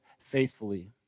faithfully